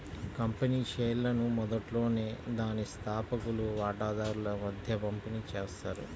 company షేర్లను మొదట్లోనే దాని స్థాపకులు వాటాదారుల మధ్య పంపిణీ చేస్తారు